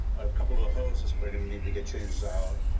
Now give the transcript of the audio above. a couple of the hoses we're going to need to get changed out.